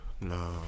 No